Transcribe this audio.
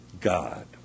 God